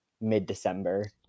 mid-December